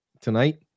tonight